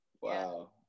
Wow